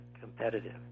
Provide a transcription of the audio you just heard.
competitive